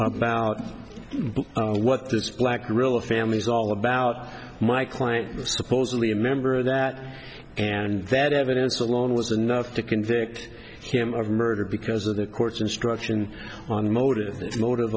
about what this black really family is all about my client was supposedly a member of that and that evidence alone was enough to convict him of murder because of the court's instruction on the motive